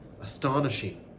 Astonishing